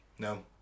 No